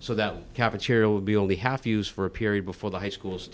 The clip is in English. so that cafeteria would be only half used for a period before the high schools